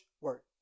work